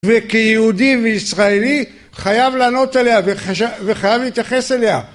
וכיהודי וישראלי חייב לענות עליה וחייב להתייחס עליה